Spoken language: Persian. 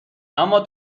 اما